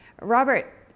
Robert